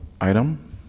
item